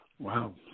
Wow